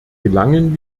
gelangen